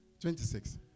Twenty-six